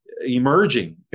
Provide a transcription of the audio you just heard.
emerging